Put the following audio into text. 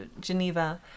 Geneva